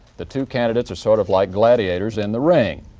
the two candidates are sort of like gladiators in the ring.